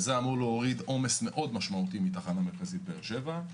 זה אמור להוריד עומס מאוד משמעותי מהתחנה המרכזית בבאר שבע.